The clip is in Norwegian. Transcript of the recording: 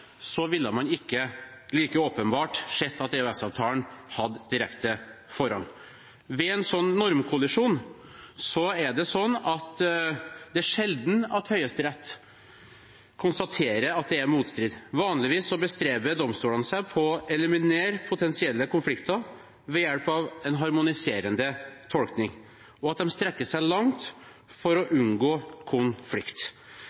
ville man ikke like åpenbart ha sett at EØS-avtalen hadde direkte forrang. Ved en slik normkollisjon er det sjelden Høyesterett konstaterer at det er motstrid. Vanligvis bestreber domstolene seg på å eliminere potensielle konflikter ved hjelp av en harmoniserende tolkning, og de strekker seg langt for å